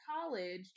college